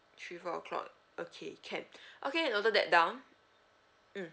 three four o'clock okay can okay noted that down mm